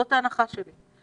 זאת ההנחה שלי.